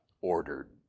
ordered